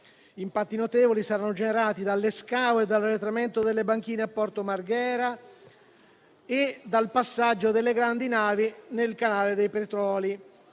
Impatti notevoli saranno generati dall'escavo e dall'arretramento delle banchine a Porto Marghera e dal passaggio delle grandi navi nel canale dei Petroli.